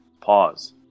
pause